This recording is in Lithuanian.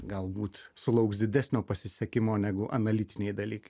galbūt sulauks didesnio pasisekimo negu analitiniai dalykai